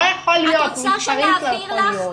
לא יכול להיות, מספרית לא יכול להיות.